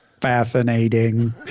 fascinating